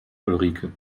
ulrike